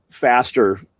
faster